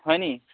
হয় নি